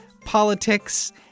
politics